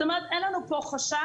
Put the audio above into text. זאת אומרת, אין לנו פה חשש,